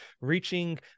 reaching